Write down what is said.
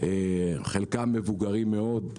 חלקם מבוגרים מאוד,